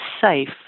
safe